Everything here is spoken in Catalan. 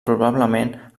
probablement